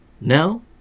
Now